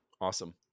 Awesome